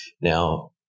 now